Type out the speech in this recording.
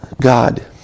God